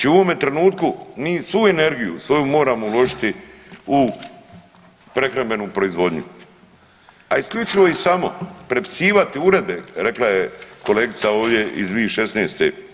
Znači u ovome trenutku mi svu energiju svoju moramo uložiti u prehrambenu proizvodnju, a isključivo i samo prepisivati uredbe rekla je kolegica ovdje iz 2016.